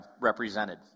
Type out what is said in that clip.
represented